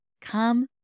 Come